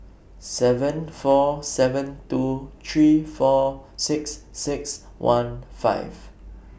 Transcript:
seven four seven two three four six six one five